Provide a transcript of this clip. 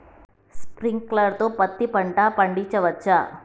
Sprinkler తో పత్తి పంట పండించవచ్చా?